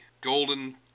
golden